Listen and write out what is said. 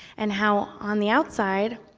and how, on the outside,